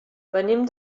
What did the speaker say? venim